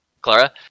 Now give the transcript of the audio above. Clara